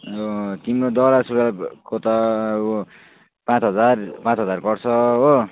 तिम्रो दौरा सुरुवालको त पाँच हजार पाँच हजार गर्छ हो